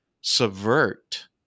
subvert